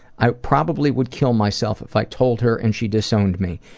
i probably would kill myself if i told her and she disowned me.